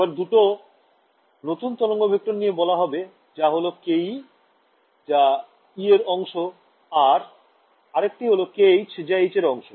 এবার দুটো নতুন তরঙ্গ ভেক্টর নিয়ে বলা হবে যা হল ke যা E এর অংশ আর আরেকটি হল kh যা H এর অংশ